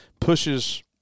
pushes